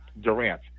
Durant